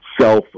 Self